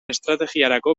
estrategiarako